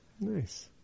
Nice